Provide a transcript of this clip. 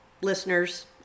listeners